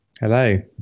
Hello